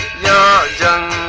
not done